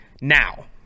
now